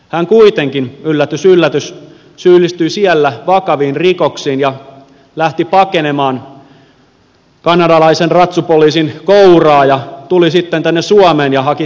hän kuitenkin yllätys yllätys syyllistyi siellä vakaviin rikoksiin ja lähti pakenemaan kanadalaisen ratsupoliisin kouraa ja tuli sitten tänne suomeen ja haki täältä turvapaikkaa